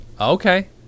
Okay